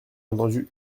entendu